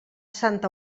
santa